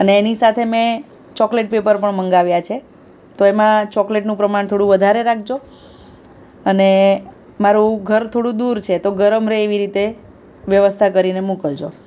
અને એની સાથે મેં ચોકલેટ પેપર પણ મંગાવ્યા છે તો એમાં ચોકલેટનું પ્રમાણ થોડું વધારે રાખજો અને મારું ઘર થોડું દૂર છે તો ગરમ રહે એવી રીતે વ્યવસ્થા કરીને મોકલજો